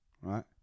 right